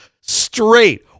straight